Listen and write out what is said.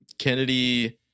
Kennedy